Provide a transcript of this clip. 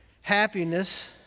happiness